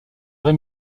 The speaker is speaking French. vrai